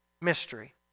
mystery